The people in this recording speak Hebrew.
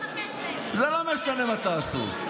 זה לא משנה מה תעשו,